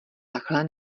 takhle